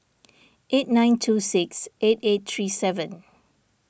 eight nine two six eight eight three seven